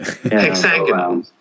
hexagonal